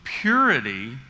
purity